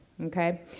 okay